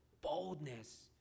boldness